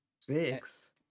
Six